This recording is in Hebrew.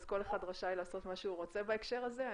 אז כל אחד רשאי לעשות מה שהוא רוצה בעניין הזה.